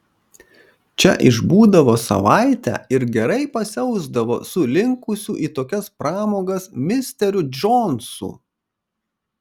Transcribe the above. čia išbūdavo savaitę ir gerai pasiausdavo su linkusiu į tokias pramogas misteriu džonsu